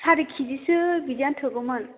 सारि केजिसो बिदिआनो थोगौमोन